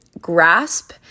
grasp